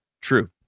True